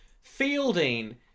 fielding